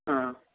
ꯑ